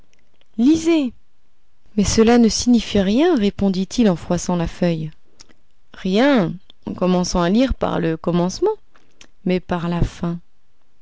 lisez mais cela ne signifie rien répondit-il en froissant la feuille rien en commençant à lire par le commencement mais par la fin